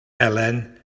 elen